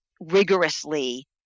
rigorously